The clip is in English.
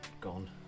gone